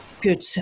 good